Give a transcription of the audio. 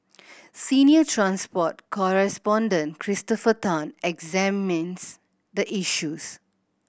senior transport correspondent Christopher Tan examines the issues